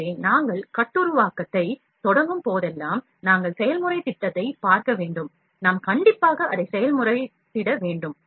எனவே நாங்கள் கட்டுருவாக்கத்தை தொடங்கும் போதெல்லாம் நாங்கள் செயல்முறைத் திட்டதை பார்க்க வேண்டும் நாம் கண்டிப்பாக அதை செயல்முறைத்திட வேண்டும்